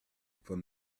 from